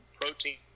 protein